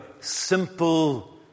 simple